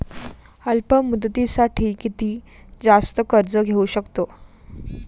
अल्प मुदतीसाठी किती जास्त कर्ज घेऊ शकतो?